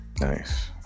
nice